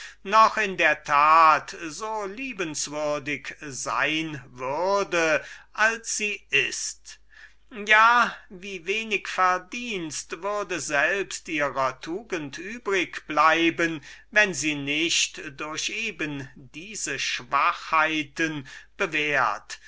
noch in der tat so liebenswürdig sein würde als sie ist ja wie wenig verdienst würde selbst ihrer tugend übrig bleiben wenn sie nicht durch eben diese schwachheiten